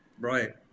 right